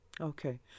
Okay